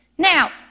Now